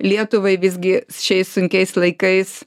lietuvai visgi šiais sunkiais laikais